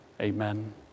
amen